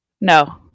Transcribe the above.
No